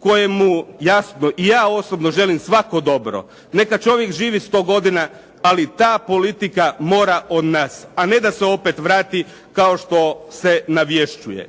kojemu jasno i ja osobno želim svako dobro. Neka čovjek živi sto godina, ali ta politika mora od nas, a ne da se opet vrati kao što se navješćuje.